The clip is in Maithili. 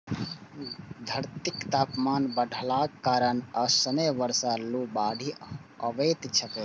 धरतीक तापमान बढ़लाक कारणें असमय बर्षा, लू, बाढ़ि अबैत छैक